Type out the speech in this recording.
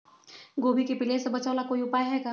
गोभी के पीलिया से बचाव ला कोई उपाय है का?